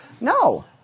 No